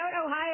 Ohio